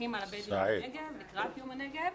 מסמכים על הבדואים בנגב לקראת יום הנגב.